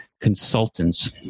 consultants